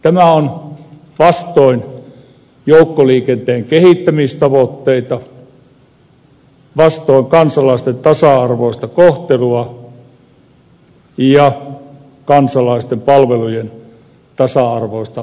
tämä on vastoin joukkoliikenteen kehittämistavoitteita vastoin kansalaisten tasa arvoista kohtelua ja kansalaisten palvelujen tasa arvoista saatavuutta